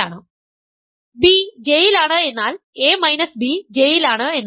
b J യിലാണ് എന്നാൽ a b J യിലാണ് എന്നാണ്